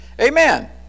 Amen